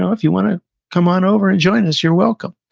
if you want to come on over and join us, you're welcome.